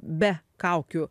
be kaukių